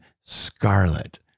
scarlet